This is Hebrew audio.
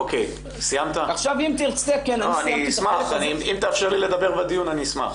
אם תאפשר לי לדבר בדיון, אני אשמח.